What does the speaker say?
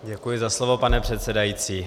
Děkuji za slovo, pane předsedající.